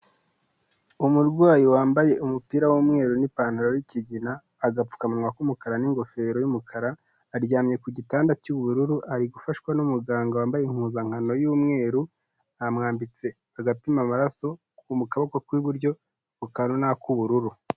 Umurwayi wambaye umupira w'umweru n'ipantaro y'ikigina, agapfukamuwa k'umukara n'ingofero y'umukara, aryamye ku gitanda cy'ubururu ari gufashwa n'umuganga wambaye impuzankano y'umweru, bamwambitse agapima amaraso mu kaboko k'iburyo, ako kantu ni ak'ubururu.